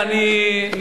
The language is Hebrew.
תודה רבה.